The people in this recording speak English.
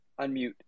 unmute